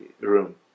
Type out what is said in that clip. room